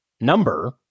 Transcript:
number